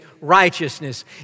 righteousness